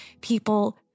people